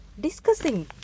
Discussing